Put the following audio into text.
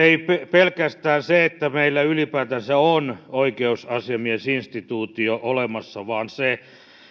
ei pelkästään se että meillä ylipäätänsä on oikeusasiamiesinstituutio olemassa vaan se